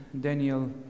Daniel